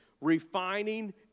refining